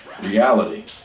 reality